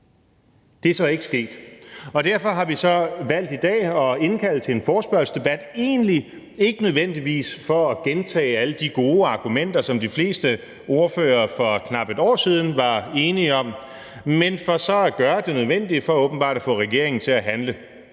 Det er så ikke sket, og derfor har vi valgt i dag at indkalde til en forespørgselsdebat egentlig ikke nødvendigvis for at gentage alle de gode argumenter, som de fleste ordførere for knap et år siden var enige om, men for så at gøre det nødvendige for åbenbart at få regeringen til at handle,